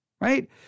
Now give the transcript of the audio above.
right